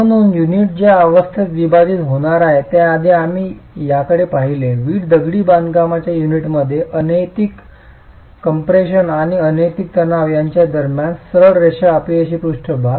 म्हणून युनिट ज्या अवस्थेत विभाजित होणार आहे त्याआधी आम्ही याकडे पाहिले वीट दगडी बांधकामाच्या युनिटमध्येच अनैतिक कम्प्रेशन आणि अनैतिक तणाव यांच्या दरम्यान सरळ रेखा अपयशी पृष्ठभाग